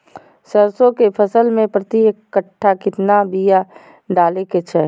सरसों के फसल में प्रति कट्ठा कितना बिया डाले के चाही?